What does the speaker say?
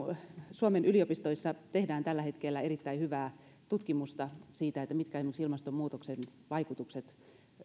suomen yliopistoissa tehdään tällä hetkellä erittäin hyvää tutkimusta esimerkiksi siitä mitkä ilmastonmuutoksen vaikutukset